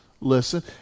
listen